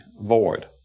void